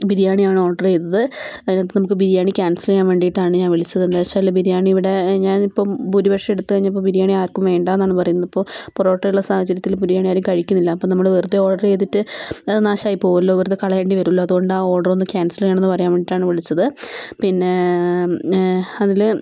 ബിരിയാണി ആണ് ഓർഡർ ചെയ്തത് അതിനകത്ത് നമുക്ക് ബിരിയാണി ക്യാൻസൽ ചെയ്യാൻ വേണ്ടിയിട്ടാണ് ഞാൻ വിളിച്ചത് എന്താണ് വെച്ചാൽ ബിരിയാണി ഇവിടെ ഞാൻ ഇപ്പം ഭൂരിപക്ഷം എടുത്ത് കഴിഞ്ഞപ്പം ബിരിയാണി ആർക്കും വേണ്ട എന്നാണ് പറയുന്നത് ഇപ്പം പൊറോട്ട ഉള്ള സാഹചര്യത്തിൽ ബിരിയാണി ആരും കഴിക്കുന്നില്ല അപ്പം നമ്മൾ വെറുതെ ഓർഡർ ചെയ്തിട്ട് അത് നാശമായി പോവുമല്ലോ വെറുതെ കളയേണ്ടി വരുമല്ലോ അതുകൊണ്ട് ആ ഓർഡർ ഒന്ന് ക്യാൻസൽ ചെയ്യണം എന്ന് പറയാൻ വേണ്ടിയിട്ടാണ് വിളിച്ചത് പിന്നെ അതിൽ